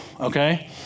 okay